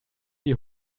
die